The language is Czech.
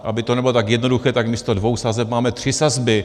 Aby to nebylo tak jednoduché, tak místo dvou sazeb máme tři sazby.